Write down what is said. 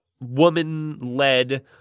woman-led